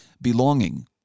belonging